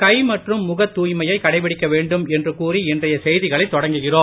கை மற்றும் முகத் தூய்மையை கடைபிடிக்க வேண்டும் என்று கூறி இன்றைய செய்திகளை தொடங்குகிறோம்